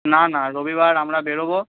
না না রবিবার আমরা বেরোব